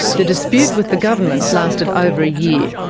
the dispute with the government lasted over a year.